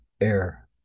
air